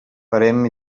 parem